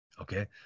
okay